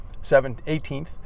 18th